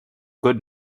good